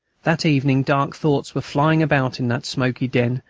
that evening dark thoughts were flying about in that smoky den,